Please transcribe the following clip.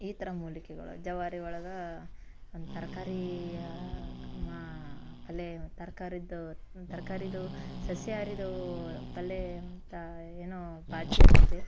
ಈ ಥರ ಮೂಲಿಕೆಗಳು ಜವಾರಿ ಒಳಗೆ ಒಂದು ತರಕಾರಿಯ ಮಾ ಪಲ್ಲೆ ತರಕಾರಿದ್ದು ತರಕಾರಿದು ಸಸ್ಯಾಹಾರಿದೂ ಪಲ್ಲೆ ಅಂತ ಏನೋ ಭಾಜಿ ಅಂತಿದೆ